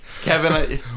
Kevin